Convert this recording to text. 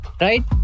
right